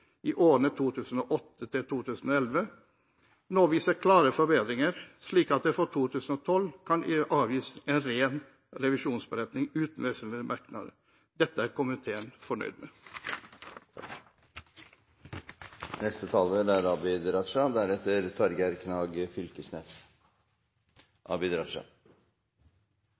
i årene 2008–2011, nå viser klare forbedringer, slik at det for 2012 kan avgis en «ren» revisjonsberetning uten vesentlige merknader. Dette er komiteen fornøyd med.